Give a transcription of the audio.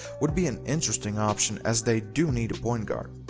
would be an interesting option as they do need a point guard.